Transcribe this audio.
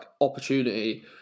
opportunity